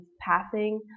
passing